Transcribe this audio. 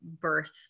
birth